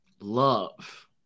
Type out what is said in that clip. Love